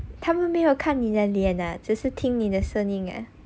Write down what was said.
他们没有看你的脸啊只是听你的声音啊